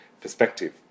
perspective